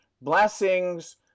blessings